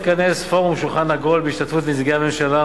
התכנס פורום שולחן עגול בהשתתפות נציגי הממשלה,